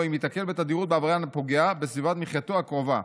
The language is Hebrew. אם ייתקל בתדירות בעבריין הפוגע בסביבת מחייתו הקרובה.